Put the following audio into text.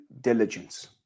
diligence